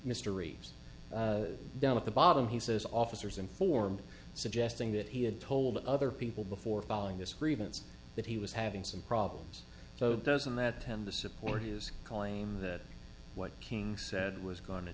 mysteries down at the bottom he says officers informed suggesting that he had told other people before following this grievance that he was having some problems so doesn't that tend to support his claim that what king said was go